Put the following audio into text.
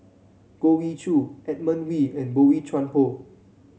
Goh Ee Choo Edmund Wee and Boey Chuan Poh